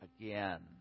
again